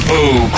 Boo